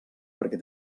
perquè